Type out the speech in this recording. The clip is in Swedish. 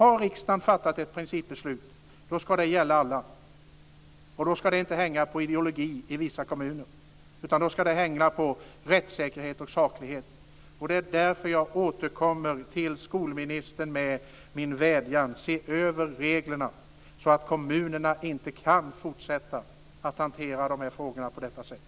Har riksdagen fattat ett principbeslut ska det gälla alla, och då ska det inte hänga på ideologi i kommunerna. Då ska det hänga på rättssäkerhet och saklighet. Det är därför jag återkommer till skolministern med min vädjan: Se över reglerna, så att kommunerna inte kan fortsätta att hantera dessa frågor på detta sätt.